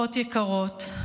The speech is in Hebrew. משפחות יקרות,